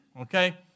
Okay